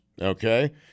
Okay